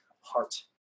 heart